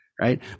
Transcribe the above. right